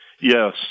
Yes